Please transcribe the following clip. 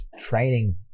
training